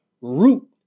root